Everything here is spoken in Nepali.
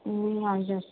ए हजुर